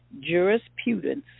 jurisprudence